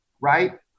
right